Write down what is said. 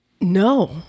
No